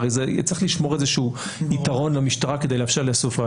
הרי צריך לשמור איזשהו יתרון למשטרה כדי לאפשר לאסוף ראיות.